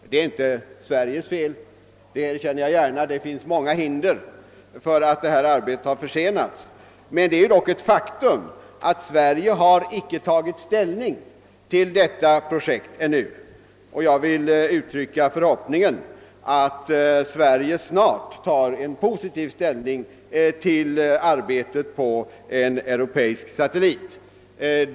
Detta är inte bara Sveriges fel — det erkänner jag gärna. Det finns många hinder som medfört att detta arbete försenats. Men det är dock ett faktum att Sverige ännu icke har tagit ställning till detta projekt, och jag vill uttrycka den förhoppningen att Sverige snart skall inta en positiv ståndpunkt till arbetet på en europeisk satellit.